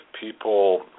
people